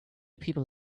people